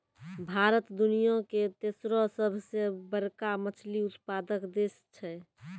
भारत दुनिया के तेसरो सभ से बड़का मछली उत्पादक देश छै